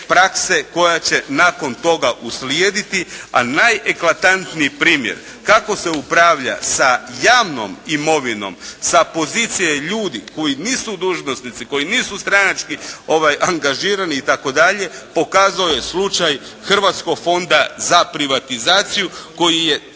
prakse koja će nakon toga uslijediti, a najeklatantniji primjer kako se upravlja sa javnom imovinom sa pozicije ljudi koji nisu dužnosnici, koji nisu stranački angažirani itd., pokazao je slučaj Hrvatskog fonda za privatizaciju koji je